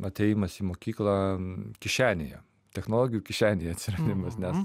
atėjimas į mokyklą kišenėje technologijų kišenėj atsiradimas nes